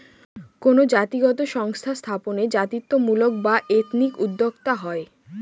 কোনো জাতিগত সংস্থা স্থাপনে জাতিত্বমূলক বা এথনিক উদ্যোক্তা হয়